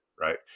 right